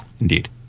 Indeed